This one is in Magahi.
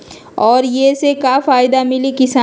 और ये से का फायदा मिली किसान के?